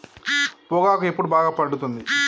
పొగాకు ఎప్పుడు బాగా పండుతుంది?